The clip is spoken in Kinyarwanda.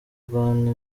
rwanda